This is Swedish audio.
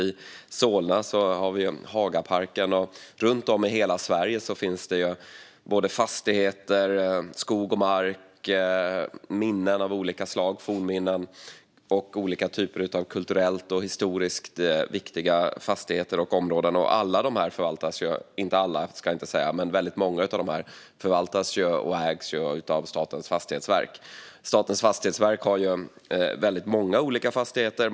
I Solna har vi Hagaparken, och runt om i hela Sverige finns det fastigheter, skog och mark, fornminnen av olika slag och olika typer av kulturellt och historiskt viktiga fastigheter och områden. Inte alla men väldigt många av dessa förvaltas och ägs av Statens fastighetsverk. Statens fastighetsverk har väldigt många olika fastigheter.